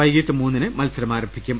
വൈകിട്ട് മൂന്നിന് മത്സരം ആരം ഭിക്കും